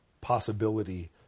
possibility